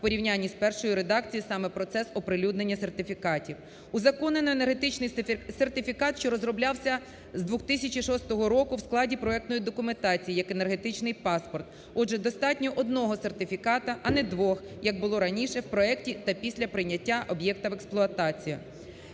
в порівнянні з першою редакцією, саме процес оприлюднення сертифікатів. Узаконено енергетичний сертифікат, що розроблявся з 2006 року в складі проектної документації як енергетичний паспорт. Отже, достатньо одного сертифікату, а не двох, як було раніше в проекті та після прийняття об'єкта в експлуатацію.